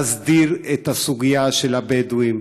להסדיר את הסוגיה של הבדואים,